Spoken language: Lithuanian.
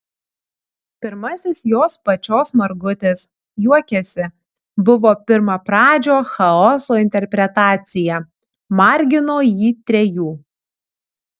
pirmasis jos pačios margutis juokiasi buvo pirmapradžio chaoso interpretacija margino jį trejų